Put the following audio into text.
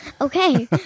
Okay